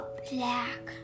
black